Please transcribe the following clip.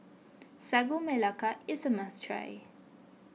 Sagu Melaka is a must try